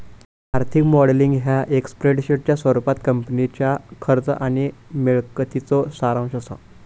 आर्थिक मॉडेलिंग ह्या एक स्प्रेडशीटच्या स्वरूपात कंपनीच्या खर्च आणि मिळकतीचो सारांश असा